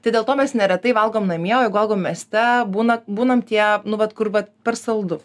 tai dėl to mes neretai valgom namie o jeigu valgom mieste būna būnam tie nu vat kur vat per saldu